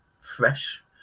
fresh